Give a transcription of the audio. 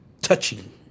touching